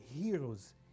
heroes